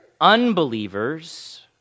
unbelievers